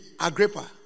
Agrippa